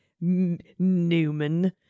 Newman